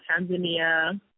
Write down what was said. Tanzania